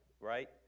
right